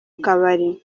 kabari